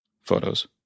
Photos